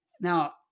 Now